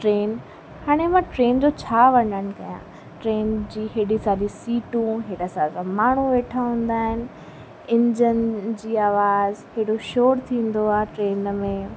train हाणे मां train जो छा वर्णन कयां ट्रेन जी हेॾी सारी सीटूं हेॾा सारा माण्हू वेठा हूंदा आहिनि इंजन जी आवाज़ हेॾो शोर थींदो आहे ट्रेन में